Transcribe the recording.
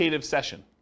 session